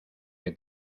que